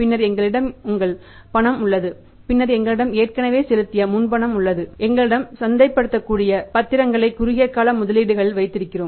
பின்னர் எங்களிடம் உங்கள் பணம் உள்ளது பின்னர் எங்களிடம் ஏற்கனவே செலுத்திய முன்பணம் உள்ளது எங்களிடம் சந்தைப்படுத்தக்கூடிய பத்திரங்களை குறுகிய கால முதலீடுகளில் வைத்திருக்கிறோம்